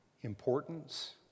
importance